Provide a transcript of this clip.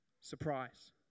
Surprise